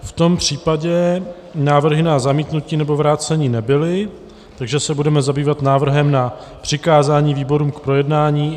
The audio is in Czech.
V tom případě návrhy na zamítnutí nebo vrácení nebyly, takže se budeme zabývat návrhem na přikázání výborům k projednání.